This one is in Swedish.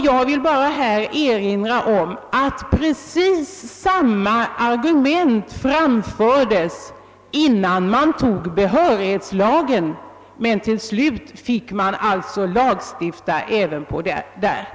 Jag erinrar i det sammanhanget om att precis samma argument mot en lagstiftning framfördes innan vi fick behörighetslagen, men till slut fick vi alltså en lagstiftning även på det området.